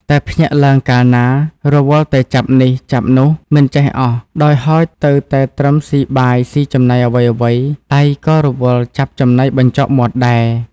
តែភ្ញាក់ឡើងកាលណា រវល់តែចាប់នេះចាប់នោះ មិនចេះអស់ដោយហោចទៅតែត្រឹមស៊ីបាយស៊ី ចំណីអ្វី ៗ ដៃក៏រវល់ចាប់ចំណីបញ្ចុកមាត់ដែរ" ។